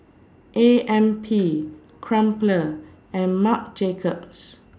A M P Crumpler and Marc Jacobs